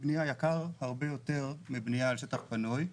בניה יקר הרבה יותר מבניה על שטח פנוי.